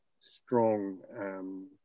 strong